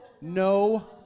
No